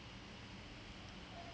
did something to my back